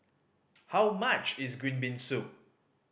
how much is green bean soup